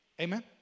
Amen